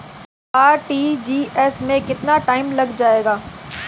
RTGS में कितना time लग जाएगा?